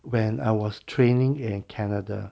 when I was training in canada